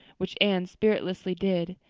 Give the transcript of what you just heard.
which anne spiritlessly did,